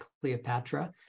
cleopatra